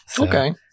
Okay